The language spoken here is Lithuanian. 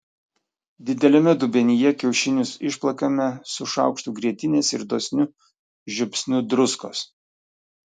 dideliame dubenyje kiaušinius išplakame su šaukštu grietinės ir dosniu žiupsniu druskos